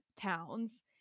towns